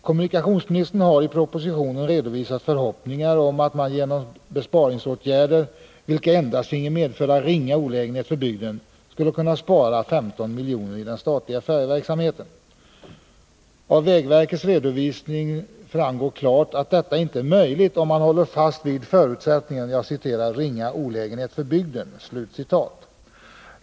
Kommunikationsministern har i propositionen redovisat förhoppningar om att man genom besparingsåtgärder, vilka endast får medföra ringa olägenhet för bygden, skulle kunna spara 15 milj.kr. i den statliga färjeverksamheten. Av vägverkets redovisning framgår klart, att detta inte är möjligt om man håller fast vid förutsättningen ”ringa olägenhet för bygden”.